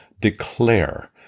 declare